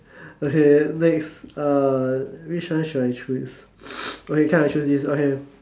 okay next uh which one should I choose okay come I choose this okay